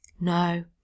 No